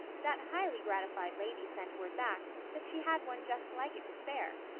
that highly-gratified lady sent word back that she had one just like it to spare,